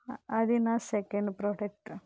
అది నా second product